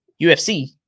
UFC